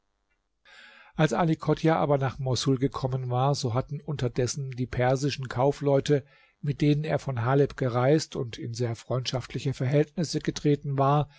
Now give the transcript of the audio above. als ali chodjah aber nach moßul gekommen war so hatten unterdessen die persischen kaufleute mit denen er von haleb gereist und in sehr freundschaftliche verhältnisse getreten war